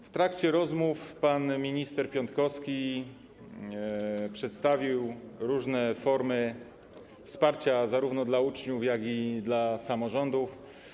W trakcie rozmów pan minister Piontkowski przedstawił różne formy wsparcia kierowane zarówno do uczniów, jak i do samorządów.